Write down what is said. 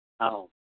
ꯑꯧ